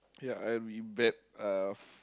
yeah I am in bet uh